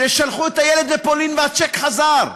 ששלחו את הילד לפולין והצ'ק חזר,